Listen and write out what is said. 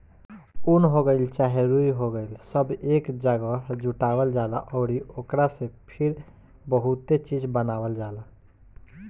उन हो गइल चाहे रुई हो गइल सब एक जागह जुटावल जाला अउरी ओकरा से फिर बहुते चीज़ बनावल जाला